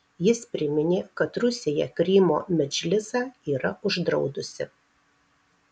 jis priminė kad rusija krymo medžlisą yra uždraudusi